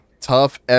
Tough